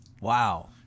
Wow